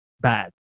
bad